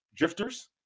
Drifters